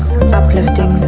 Uplifting